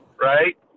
right